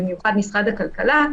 ובמיוחד משרד הכלכלה,